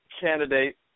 candidate